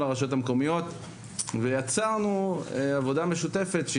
הרשויות המקומיות ויצרנו עבודה משותפת.